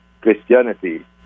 Christianity